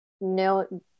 no